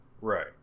Right